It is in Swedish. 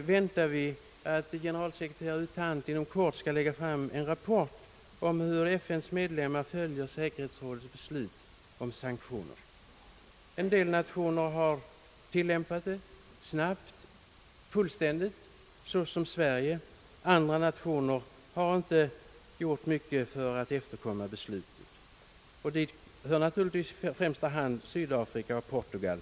väntar vi att generalsekreterare U Thant inom kort skall lägga fram en rapport om hur FN:s medlemmar följer säkerhetsrådets båda beslut om sanktioner. En del nationer, såsom Sverige, har tillämpat dem snabbt och fullständigt, andra länder har inte gjort mycket för att efterkomma besluten. Hit hör främst Sydafrika och Portugal.